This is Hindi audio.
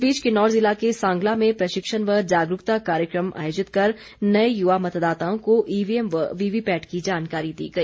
इस बीच किन्नौर जिला के सांगला में प्रशिक्षण व जागरूकता कार्यक्रम आयोजित कर नए युवा मतदाताओं को ईवीएम व वीवीपैट की जानकारी दी गई